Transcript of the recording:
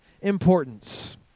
importance